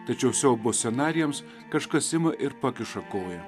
tačiau siaubo scenarijams kažkas ima ir pakiša koją